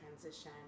transition